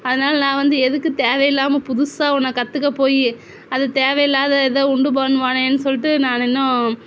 அதனால் நான் வந்து எதுக்கு தேவையில்லாமல் புதுசாக ஒன்றை கற்றுக்க போய் அது தேவையில்லாத இதை உண்டு பண்ணுவானேன்னு சொல்லிவிட்டு நான் இன்னும்